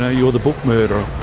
ah you're the book murderer!